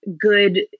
good